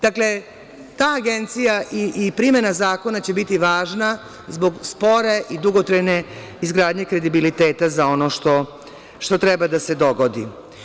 Dakle, ta agencija i primena zakona će biti važna zbog spore i dugotrajne izgradnje kredibiliteta za ono što treba da se dogodi.